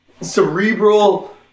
cerebral